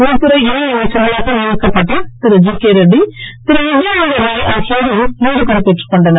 உள்துறை இணை அமைச்சர்களாக நியமிக்கப்பட் திரு ஜிகே ரெட்டி திரு நித்தியானந்த ராய் ஆகியோரும் இன்று பொறுப்பேற்றுக் கொண்டனர்